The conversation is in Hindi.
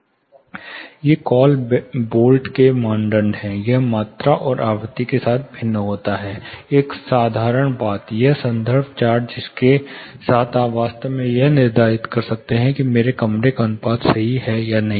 ये कॉल बोल्ट के मानदंड हैं यह मात्रा और आवृत्ति के साथ भी भिन्न होता है एक साधारण बात एक संदर्भ चार्ट जिसके साथ आप वास्तव में यह निर्धारित कर सकते हैं कि मेरे कमरे का अनुपात सही है या नहीं